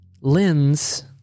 lens